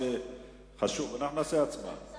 עכשיו